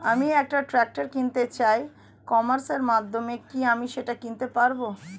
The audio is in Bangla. আমি একটা ট্রাক্টর কিনতে চাই ই কমার্সের মাধ্যমে কি আমি সেটা কিনতে পারব?